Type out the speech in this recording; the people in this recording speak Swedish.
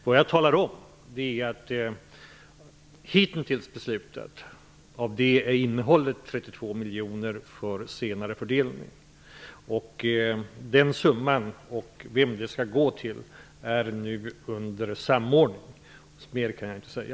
Vad jag talar om är att det av det hittills beslutade beloppet finns 32 miljoner kronor kvar för senare fördelning. Det sker nu en samordning av vart dessa pengar skall gå. Mer kan jag inte säga.